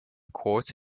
courts